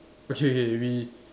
okay K we